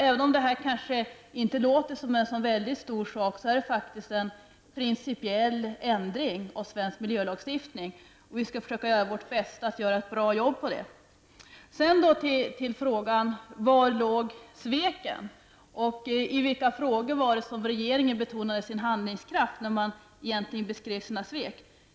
Även om det här kanske inte verkar vara en så stor sak, är det faktiskt en principiell ändring av svensk miljölagstiftning. Vi skall göra vårt bästa för att göra ett bra jobb på det. Sedan till frågan: Var låg sveken och i vilka frågor var det som regeringen betonade sin handlingskraft när man egentligen beskrev sina svek?